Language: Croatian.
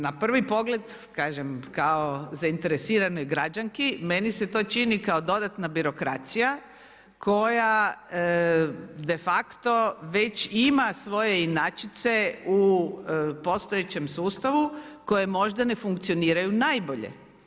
Na prvi pogled kažem kao zainteresiranoj građanki meni se to čini kao dodatna birokracija koja defacto već ima svoje inačice u postojećem sustavu koje možda ne funkcioniraju najbolje.